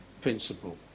principle